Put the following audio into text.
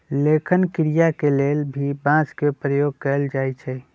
लेखन क्रिया के लेल भी बांस के प्रयोग कैल जाई छई